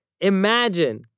Imagine